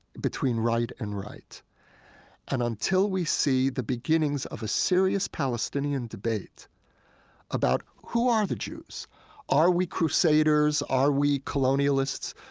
between right and right and until we see the beginnings of a serious palestinian debate about who are the jews are we crusaders, are we colonialists,